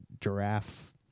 giraffe